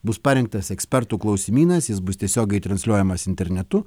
bus parengtas ekspertų klausimynas jis bus tiesiogiai transliuojamas internetu